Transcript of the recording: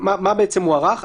מה מוארך?